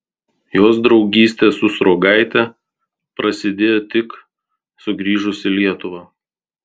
jos draugystė su sruogaite prasidėjo tik sugrįžus į lietuvą